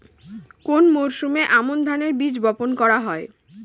কোন মরশুমে আমন ধানের বীজ বপন করা হয়?